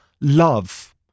love